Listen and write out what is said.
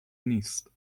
نیست